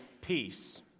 peace